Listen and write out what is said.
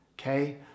okay